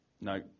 No